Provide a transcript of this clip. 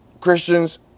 Christians